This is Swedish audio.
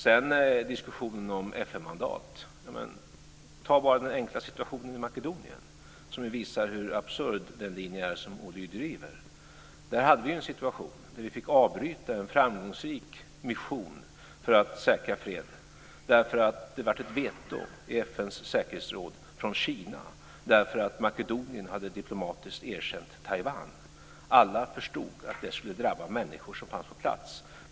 Sedan diskussionen om FN-mandat: Ta bara den enkla situationen i Makedonien, som ju visar hur absurd den linje är som Ohly driver. Där var situationen att vi fick avbryta en framgångsrik mission för att säkra freden. Det lades nämligen ett veto i FN:s säkerhetsråd från Kina, därför att Makedonien diplomatiskt hade erkänt Taiwan. Alla förstod att detta skulle drabba människor som fanns på plats.